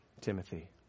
Timothy